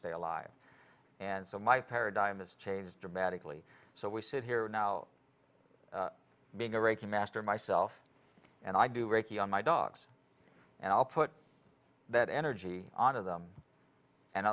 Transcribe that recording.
stay alive and so my paradigm has changed dramatically so we sit here now being a raging master myself and i do reiki on my dogs and i'll put that energy on of them and